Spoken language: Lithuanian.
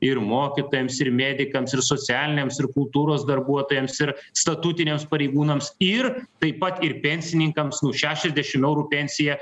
ir mokytojams ir medikams ir socialiniams ir kultūros darbuotojams ir statutiniams pareigūnams ir taip pat ir pensininkams nuo šešiasdešim eurų pensiją